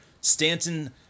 Stanton